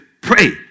pray